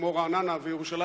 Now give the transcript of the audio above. כמו רעננה וירושלים,